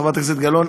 חברת הכנסת גלאון,